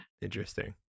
Interesting